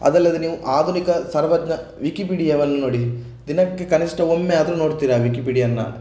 ಅದಲ್ಲದೆ ನೀವು ಆಧುನಿಕ ಸರ್ವಜ್ಞ ವಿಕಿಪೀಡಿಯವನ್ನು ನೋಡಿ ದಿನಕ್ಕೆ ಕನಿಷ್ಠ ಒಮ್ಮೆಯಾದರೂ ನೋಡ್ತೀರ ಆ ವಿಕಿಪೀಡಿಯವನ್ನ